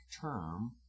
term